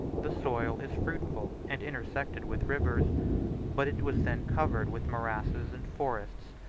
the soil is fruitful, and intersected with rivers but it was then covered with morasses and forests,